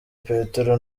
petero